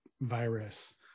virus